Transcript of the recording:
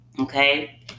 Okay